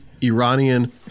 Iranian